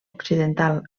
occidental